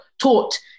taught